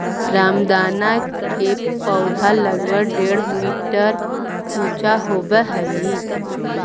रामदाना के पौधा लगभग डेढ़ मीटर ऊंचा होवऽ हइ